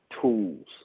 tools